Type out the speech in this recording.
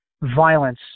violence